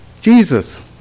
Jesus